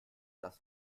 das